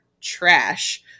trash